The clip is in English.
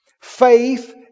Faith